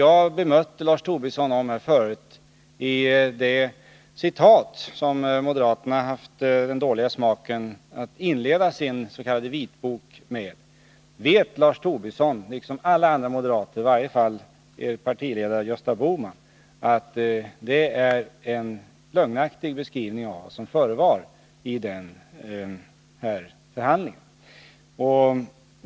Jag bemötte ju tidigare Lars Tobisson, och när det gäller det citat som moderaterna haft den dåliga smaken att inleda sin s.k. vitbok med, så vet Lars Tobisson liksom alla andra moderater — och i varje fall partiledaren Gösta Bohman -— att det är en lögnaktig beskrivning av vad som förekom vid den här förhandlingen.